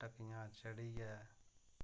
ढक्कियां चढ़ियै